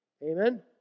Amen